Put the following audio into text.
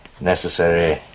necessary